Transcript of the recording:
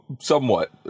somewhat